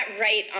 right